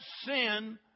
sin